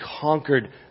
conquered